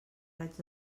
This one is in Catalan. raig